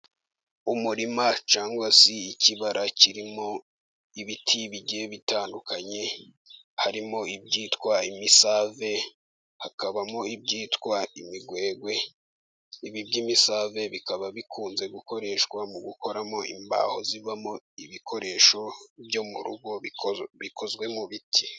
Umurima cyangwa se ikibara kirimo ibiti bigiye bitandukanye harimo ibyitwa imisave, hakabamo ibyitwa imigwegwe, IBI by'imisave, bikaba bikunze gukoreshwa mu gukoramo imbaho zibamo ibikoresho byo mu rugo bikozwe mu biti.